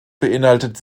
beinhaltet